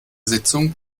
sitzung